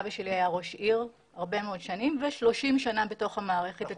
אבא שלי היה ראש עיר הרבה מאוד שנים ו-30 שנה בתוך המערכת הציבורית.